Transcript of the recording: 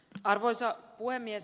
arvoisa puhemies